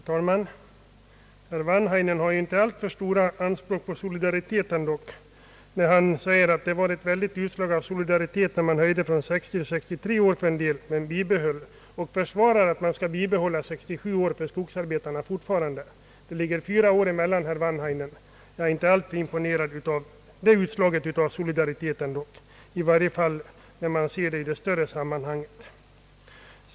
Herr talman! Herr Wanhainen har inte alltför stora anspråk på solidaritet, när han säger att det var solidaritet, då man höjde pensionsåldern från 60 till 63 år för en del men bibehöll 67 år för skogsarbetarna och när han försvarar att man skall bibehålla denna pensionsålder för skogsarbetarna. Det ligger 4 år emellan, herr Wanhainen. Jag är inte alls imponerad av detta utslag av solidaritet, i varje fall inte när man ser det i det större sammanhanget.